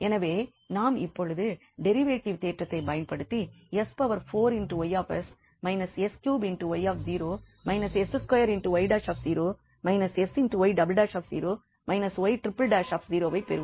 எனவே நாம் இப்பொழுது டெரிவேட்டிவ் தேற்றத்தைப் பயன்படுத்தி ஐப் பெறுவோம்